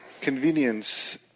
convenience